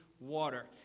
water